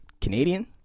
Canadian